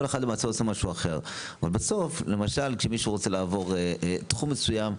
כל אחד למעשה עושה משהו אחר.